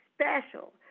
special